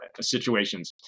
situations